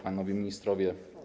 Panowie Ministrowie!